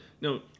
No